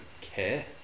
care